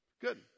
Good